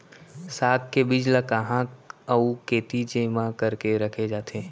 साग के बीज ला कहाँ अऊ केती जेमा करके रखे जाथे?